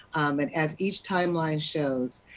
and as each timeline shows,